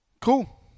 Cool